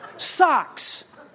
socks